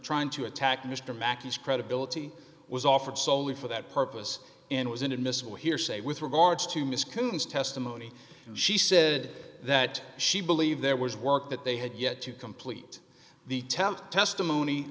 trying to attack mr mack his credibility was offered soley for that purpose and was inadmissible hearsay with regards to miss coons testimony she said that she believed there was work that they had yet to complete the temp testimony